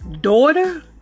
daughter